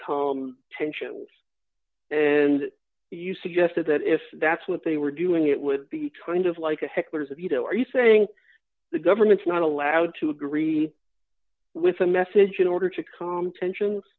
calm tensions and you suggested that if that's what they were doing it would be twinge of like a heckler's veto are you saying the government's not allowed to agree with a message in order to calm tensions